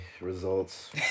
results